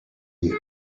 you